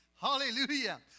Hallelujah